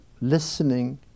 Listening